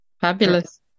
Fabulous